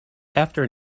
after